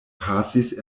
pasis